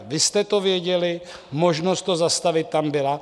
Vy jste to věděli, možnost to zastavit tam byla.